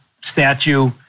statue